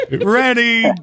Ready